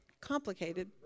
Complicated